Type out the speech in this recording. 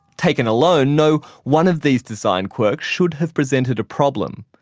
taken alone, no one of these design quirks should have presented a problem.